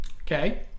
Okay